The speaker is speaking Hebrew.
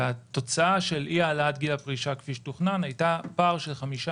התוצאה של אי העלאת גיל הפרישה כפי שתוכנן הייתה פער של חמישה